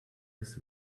his